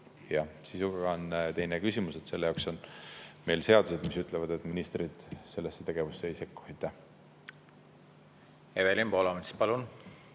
Jah, sisuga on teine küsimus. Selle jaoks on meil seadused, mis ütlevad, et ministrid sellesse tegevusse ei sekku. Evelin Poolamets, palun!